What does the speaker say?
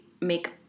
make